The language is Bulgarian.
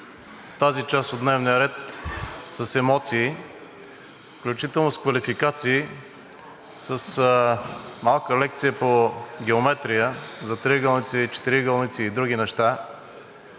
тази част от дневния ред с емоции, включително с квалификации, с малка лекция по геометрия за триъгълници, четириъгълници и други неща,